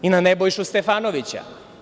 I na Nebojšu Stefanovića.